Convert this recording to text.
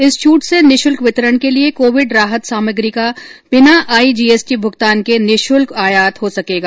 इस छट से निःशुल्क वितरण के लिए कोविड राहत सामग्री का बिना आई जीएसटी भुगतान के निःशुल्क आयात हो सकेगा